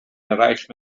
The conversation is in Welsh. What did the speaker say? eraill